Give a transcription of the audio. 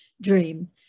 dream